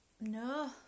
no